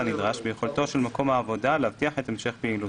הנדרש ביכולתו של מקום העבודה להבטיח את המשך פעילותו.